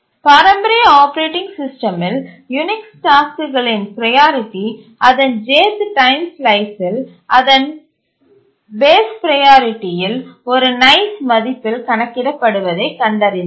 பாரம்பரிய ஆப்பரேட்டிங் சிஸ்டமில் யூனிக்ஸ் டாஸ்க்குகளின் ப்ரையாரிட்டி அதன் jth டைம் ஸ்லைஸில் அதன் பேஸ் ப்ரையாரிட்டியில் ஒரு nice மதிப்பில் கணக்கிடப்படுவதைக் கண்டறிந்தோம்